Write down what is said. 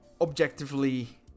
objectively